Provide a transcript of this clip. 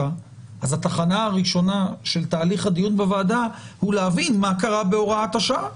אז התחנה הראשונה של תהליך הדיון בוועדה היא להבין מה קרה בהוראת שעה,